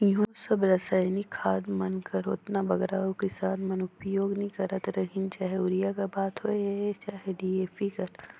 इहों सब रसइनिक खाद मन कर ओतना बगरा कोनो किसान मन उपियोग नी करत रहिन चहे यूरिया कर बात होए चहे डी.ए.पी कर